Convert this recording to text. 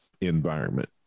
environment